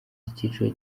ikiciro